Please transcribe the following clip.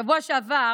בשבוע שעבר